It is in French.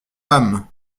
âme